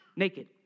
naked